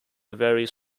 varies